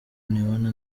nibona